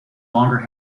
longer